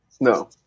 No